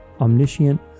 omniscient